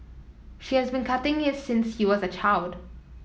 she has been cutting it since he was a child